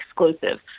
exclusive